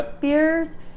beers